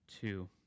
two